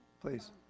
Please